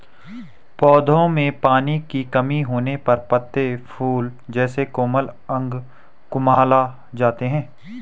पौधों में पानी की कमी होने पर पत्ते, फूल जैसे कोमल अंग कुम्हला जाते हैं